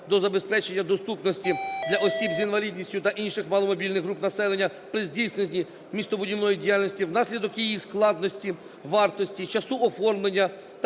до забезпечення доступності для осіб з інвалідністю та інших маломобільних груп населення при здійсненні містобудівної діяльності внаслідок її складності, вартості і часу оформлення,